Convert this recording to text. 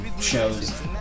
shows